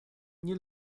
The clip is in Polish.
nie